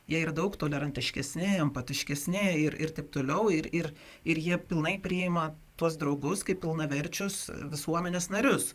jie yra daug tolerantiškesni empatiškesni ir ir taip toliau ir ir ir jie pilnai priima tuos draugus kaip pilnaverčius visuomenės narius